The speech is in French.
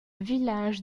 village